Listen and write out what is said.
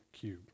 cube